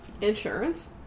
Insurance